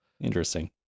Interesting